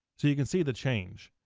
so you can see the change.